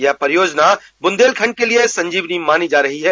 यह परियोजना ब्रंदेलखंड के लिये संजीवनी मानी जा रही है